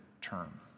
term